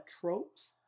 tropes